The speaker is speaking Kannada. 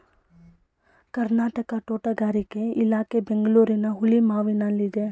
ಕರ್ನಾಟಕ ತೋಟಗಾರಿಕೆ ಇಲಾಖೆ ಬೆಂಗಳೂರಿನ ಹುಳಿಮಾವಿನಲ್ಲಿದೆ